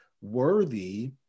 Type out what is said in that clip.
worthy